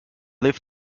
leave